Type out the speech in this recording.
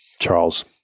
Charles